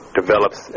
develops